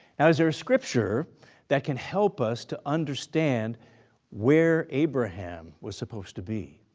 now, is there a scripture that can help us to understand where abraham was supposed to be?